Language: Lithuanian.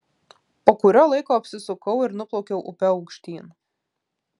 po kurio laiko apsisukau ir nuplaukiau upe aukštyn